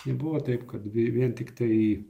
nebuvo taip kad vien tiktai